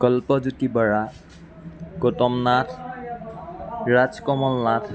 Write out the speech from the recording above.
Kalpajyoti Bora Gautam Nath Rajkamal Nath